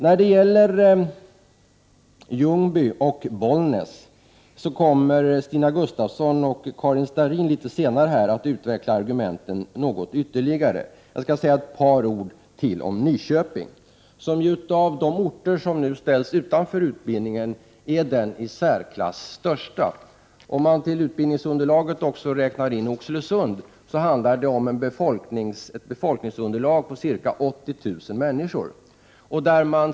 När det gäller Ljungby och Bollnäs kommer Stina Gustavsson och Karin Starrin senare att här något ytterligare utveckla argumenten. Jag skall säga ett par ord till om Nyköping, som av de orter som nu ställs utanför utbildningen är den i särklass största. Om man i utbildningsunderlaget räknar in också Oxelösund handlar det om ett befolkningsunderlag på ca 80 000 människor.